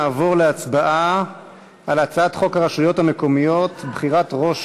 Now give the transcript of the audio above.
נעבור להצבעה על הצעת חוק הרשויות המקומיות (בחירת ראש